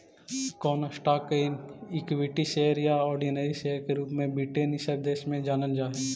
कौन स्टॉक्स के equity share या ऑर्डिनरी शेयर के रूप में ब्रिटेन इ सब देश में जानल जा हई